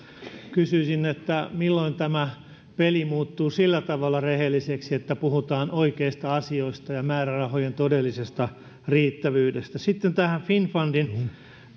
kysyisin milloin tämä peli muuttuu sillä tavalla rehelliseksi että puhutaan oikeista asioista ja määrärahojen todellisesta riittävyydestä sitten tähän finnfundin